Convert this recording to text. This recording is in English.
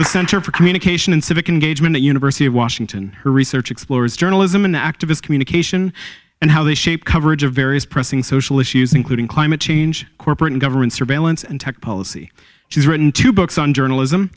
the center for communication and civic engagement at university of washington her research explores journalism and activists communication and how they shape coverage of various pressing social issues including climate change corporate and government surveillance and tech policy she's written two books on journalism